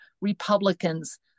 Republicans